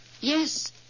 Yes